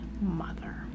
mother